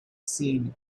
seen